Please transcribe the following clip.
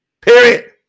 period